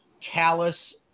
callous-